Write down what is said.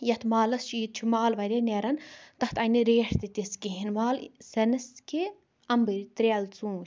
یَتھ مالَس چھُ ییتہِ چھُ مال واریاہ نیران تَتھ آیہِ نہٕ ریٹھ تہِ تِژھ کِہِنۍ مال سینٕس کہِ اَمبٕرۍ تریلہٕ ژونٹھۍ